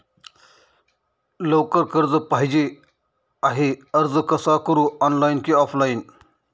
लवकर कर्ज पाहिजे आहे अर्ज कसा करु ऑनलाइन कि ऑफलाइन?